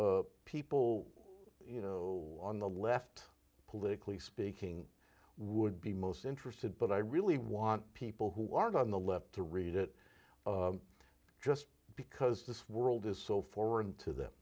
people you know on the left politically speaking would be most interested but i really want people who are go on the left to read it just because this world is so foreign to them